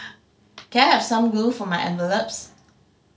can I have some glue for my envelopes